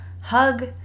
hug